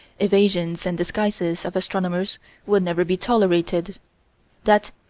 evasions and disguises of astronomers would never be tolerated that,